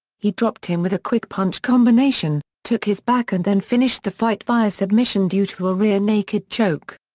he dropped him with a quick punch combination, took his back and then finished the fight via submission due to a rear naked choke.